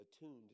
attuned